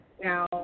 Now